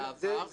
העבר שלפני.